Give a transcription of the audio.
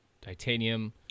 titanium